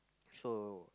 so